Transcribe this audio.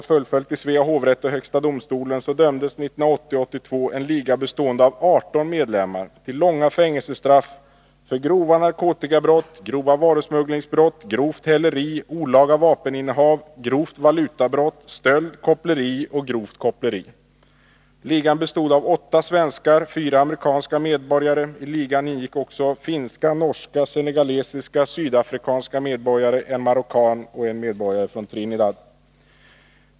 fängelsestraff för grova narkotikabrott, grova varusmugglingsbrott, grovt häleri, olaga vapeninnehav, grovt valutabrott, stöld, koppleri och grovt koppleri. Ligan bestod av åtta svenskar och fyra amerikanska medborgare. I ligan ingick också finska, norska, senegalesiska och sydafrikanska medborgare, en marockan och en medborgare från Trinidad.